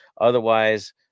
Otherwise